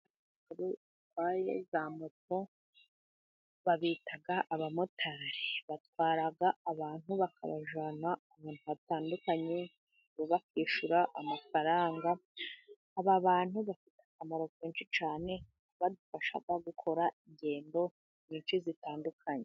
Batwaye za moto babita abamotari batwara abantu bakabajyana ahantu hatandukanye bo bakishyura amafaranga, aba bantu bafite akamaro kenshi cyane badufasha gukora ingendo nyinshi zitandukanye.